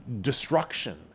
destruction